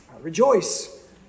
Rejoice